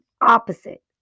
opposite